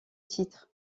titre